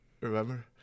Remember